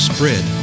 Spread